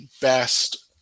best